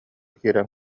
киирэн